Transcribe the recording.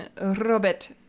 Robert